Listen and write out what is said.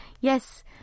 Yes